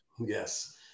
Yes